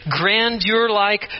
grandeur-like